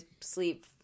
sleep